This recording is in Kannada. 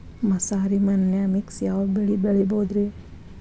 ಮಸಾರಿ ಮಣ್ಣನ್ಯಾಗ ಮಿಕ್ಸ್ ಯಾವ ಬೆಳಿ ಬೆಳಿಬೊದ್ರೇ?